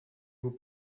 vous